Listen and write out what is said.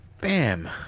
bam